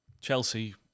Chelsea